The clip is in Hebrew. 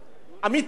אבל אתה יודע,